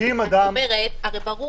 ברור